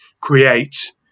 create